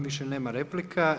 Više nema replika.